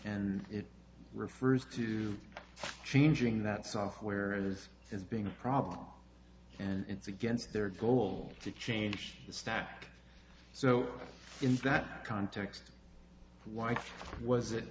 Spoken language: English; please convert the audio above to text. and it refers to changing that software as being a problem and it's against their goal to change the stack so in that context why was